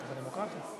בדמוקרטיה.